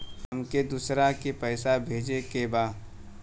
हमके दोसरा के पैसा भेजे के बा?